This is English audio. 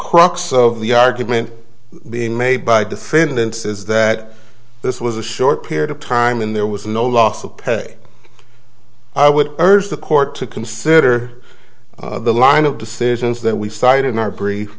crux of the argument being made by defendants is that this was a short period of time when there was no loss of pay i would urge the court to consider the line of decisions that we cite in our brief